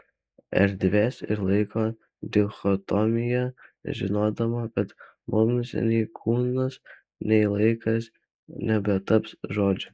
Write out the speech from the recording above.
erdvės ir laiko dichotomija žinodama kad mums nei kūnas nei laikas nebetaps žodžiu